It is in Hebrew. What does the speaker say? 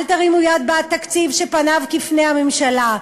אל תרימו יד בעד תקציב שפניו כפני הממשלה,